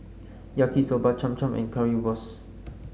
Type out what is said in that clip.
Yaki Soba Cham Cham and Currywurst